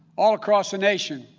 all across the nation,